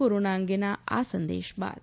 corona અંગેના આ સંદેશ બાદ